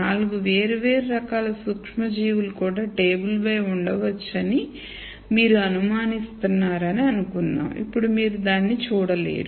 నాలుగు వేర్వేరు రకాల సూక్ష్మజీవులు కూడా టేబుల్పై ఉండవచ్చని మీరు అనుమానిస్తున్నారని అనుకుందాం ఇప్పుడు మీరు దాన్ని చూడలేరు